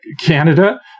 Canada